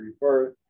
rebirth